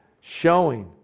Showing